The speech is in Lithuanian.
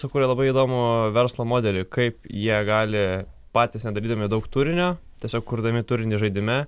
sukūrė labai įdomų verslo modelį kaip jie gali patys nedarydami daug turinio tiesiog kurdami turinį žaidime